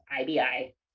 IBI